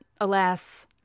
alas